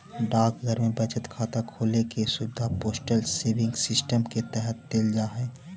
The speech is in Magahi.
डाकघर में बचत खाता खोले के सुविधा पोस्टल सेविंग सिस्टम के तहत देल जा हइ